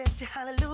Hallelujah